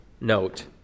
note